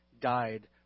died